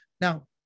Now